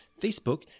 facebook